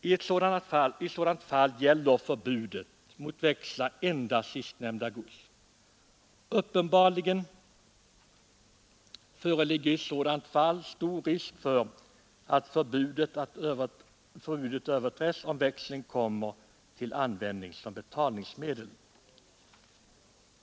I ett sådant fall gäller förbudet mot växlar endast sistnämnda gods. Uppenbarligen föreligger därvidlag stor risk för att förbudet överträds om växel kommer till användning som betalningsmedel.